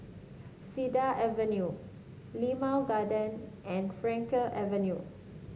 Cedar Avenue Limau Garden and Frankel Avenue